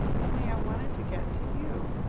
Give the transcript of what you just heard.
only i wanted to get to you.